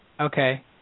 Okay